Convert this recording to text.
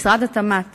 משרד התמ"ת